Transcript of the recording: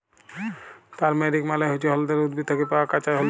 turmeric মালে হচ্যে হল্যদের উদ্ভিদ থ্যাকে পাওয়া কাঁচা হল্যদ